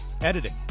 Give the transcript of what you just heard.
Editing